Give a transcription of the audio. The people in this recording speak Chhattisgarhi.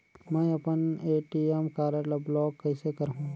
मै अपन ए.टी.एम कारड ल ब्लाक कइसे करहूं?